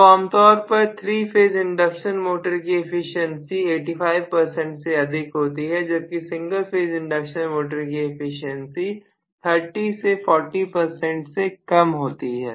तो आमतौर पर 3 फेज इंडक्शन मोटर की एफिशिएंसी 85 परसेंट से अधिक होती है जबकि सिंगल फेज इंडक्शन मोटर की एफिशिएंसी 30 से 40 से कम ही होती है